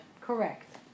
Correct